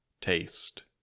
taste